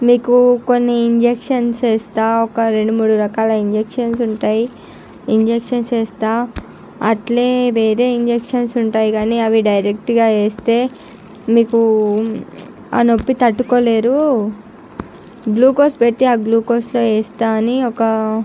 మీకు కొన్ని ఇంజక్షన్స్ వేస్తా ఒక రెండు మూడు రకాల ఇంజక్షన్స్ ఉంటాయి ఇంజక్షన్ వేస్తా అట్లే వేరే ఇంజక్షన్స్ ఉంటాయి కానీ అవి డైరెక్ట్గా వేస్తే మీకు ఆ నొప్పి తట్టుకోలేరు గ్లూకోస్ పెట్టి ఆ గ్లూకోస్లో వేస్తా అని ఒక